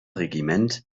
regiment